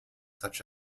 such